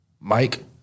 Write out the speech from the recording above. Mike